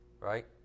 Right